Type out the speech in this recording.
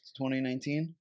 2019